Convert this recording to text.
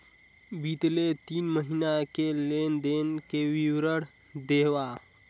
बितले तीन महीना के लेन देन के विवरण देवा?